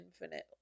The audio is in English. infinite